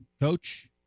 coach